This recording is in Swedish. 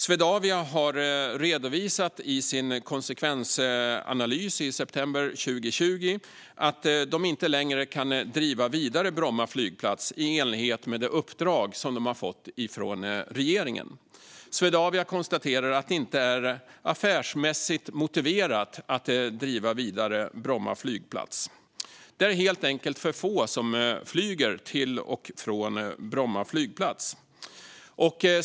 Swedavia har i sin konsekvensanalys i september 2020 redovisat att de inte längre kan driva Bromma flygplats vidare i enlighet med det uppdrag som de har fått från regeringen. Swedavia konstaterar att det inte är affärsmässigt motiverat att driva Bromma flygplats vidare. Det är helt enkelt för få som flyger till och från Bromma flygplats.